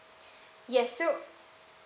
yes so